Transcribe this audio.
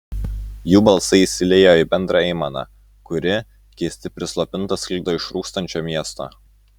jų balsai įsiliejo į bendrą aimaną kuri keistai prislopinta sklido iš rūkstančio miesto